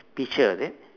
picture is it